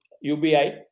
UBI